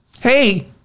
Hey